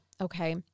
okay